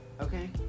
Okay